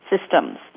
Systems